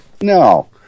No